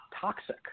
toxic